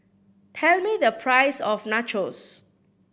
tell me the price of Nachos